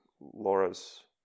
Laura's